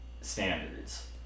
standards